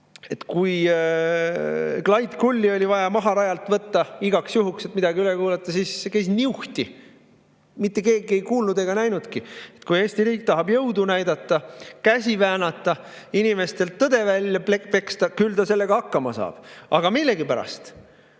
Kui Clyde Kull oli vaja rajalt maha võtta igaks juhuks, et kedagi üle kuulata, siis käis see nagu niuhti, mitte keegi ei kuulnud ega näinudki. Kui Eesti riik tahab jõudu näidata, käsi väänata, inimestelt tõde välja peksta, küll ta siis sellega hakkama saab, aga millegipärast